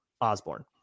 Osborne